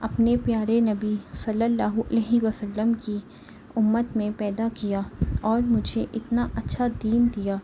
اپنے پیارے نبی صلی اللہ علیہ وسلم کی اُمت میں پیدا کیا اور مجھے اِتنا اچھا دین دیا